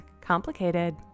complicated